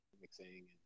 mixing